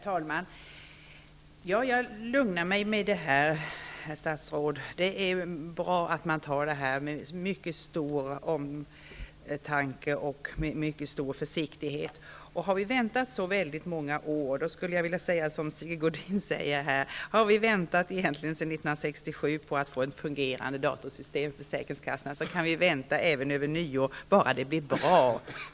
Herr talman! Jag lugnar mig med detta, herr statsråd. Det är bra att man tar detta med mycket stor omtanke och mycket stor försiktighet. Har vi väntat så väldigt många år, eller, som Sigge Godin säger, har vi väntat sedan 1967 på att försäkringskassan skall få ett fungerande datasystem kan vi vänta även över nyår, bara det blir bra.